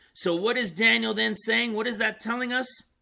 so what is daniel then saying? what is that telling us?